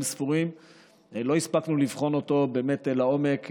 ספורים לא הספקנו לבחון אותו לעומק,